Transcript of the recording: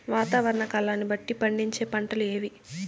వాతావరణ కాలాన్ని బట్టి పండించే పంటలు ఏవి?